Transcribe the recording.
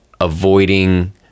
avoiding